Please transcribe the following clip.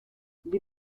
les